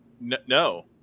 No